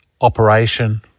operation